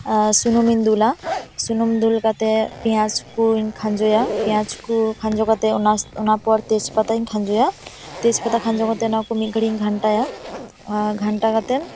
ᱥᱩᱱᱩᱢᱤᱧ ᱫᱩᱞᱟ ᱥᱩᱱᱩᱢ ᱫᱩᱞ ᱠᱟᱛᱮᱜ ᱯᱮᱭᱟᱡᱽ ᱠᱚᱧ ᱠᱷᱟᱡᱚᱭᱟ ᱯᱮᱭᱟᱡᱽ ᱠᱚ ᱠᱷᱟᱡᱚ ᱠᱟᱛᱮᱜ ᱚᱱᱟ ᱚᱱᱟ ᱯᱚᱨ ᱛᱮᱡᱽ ᱯᱟᱛᱟᱧ ᱠᱷᱟᱡᱚᱭᱟ ᱛᱮᱡᱽ ᱯᱟᱛᱟ ᱠᱷᱟᱡᱚ ᱠᱟᱛᱮᱜ ᱚᱱᱟ ᱠᱚ ᱢᱤᱫ ᱜᱷᱟᱹᱲᱤᱡ ᱤᱧ ᱜᱷᱟᱱᱴᱟᱭᱟ ᱚᱱᱟ ᱜᱷᱟᱱᱴᱟ ᱠᱟᱛᱮᱜ